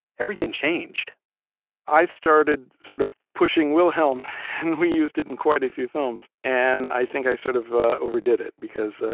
everything changed i started sort of pushing wilhelm, and we used it in quite a few films. and, i think i sort of ah overdid it. because,